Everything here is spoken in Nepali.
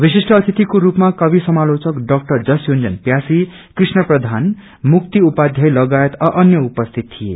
विशिष्ट अतिथिको रूपमा कवि समालोचक डाक्टर जस यांजन प्यासी कृष्ण प्रधान मुक्ति उपाध्याय लागायत अ अन्य उपस्थित थिए